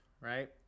right